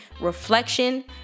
reflection